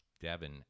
Devin